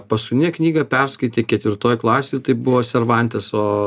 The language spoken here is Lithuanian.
paskutinę knygą perskaitė ketvirtoj klasėj tai buvo servanteso